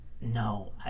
No